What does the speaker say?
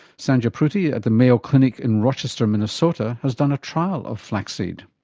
sandhya pruthi at the mayo clinic in rochester minnesota has done a trial of flaxseed.